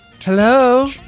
Hello